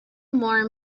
more